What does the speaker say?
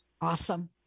Awesome